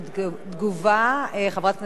חברת הכנסת אורית זוארץ תגיב